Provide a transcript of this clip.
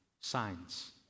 signs